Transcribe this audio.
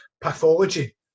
pathology